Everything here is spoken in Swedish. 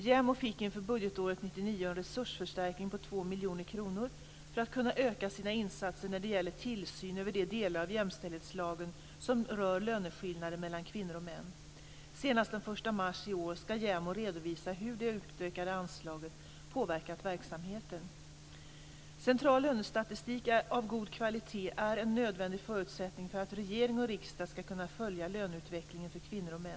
JämO fick inför budgetåret 1999 en resursförstärkning på 2 miljoner kronor för att kunna öka sina insatser när det gäller tillsyn över de delar av jämställdhetslagen som rör löneskillnader mellan kvinnor och män. Senast den 1 mars i år ska JämO redovisa hur det utökade anslaget påverkat verksamheten. Central lönestatistik av god kvalitet är en nödvändig förutsättning för att regering och riksdag ska kunna följa löneutvecklingen för kvinnor och män.